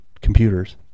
computers